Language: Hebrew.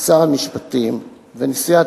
שר המשפטים ונשיא,